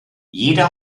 jeder